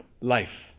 life